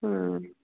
ਹਾਂ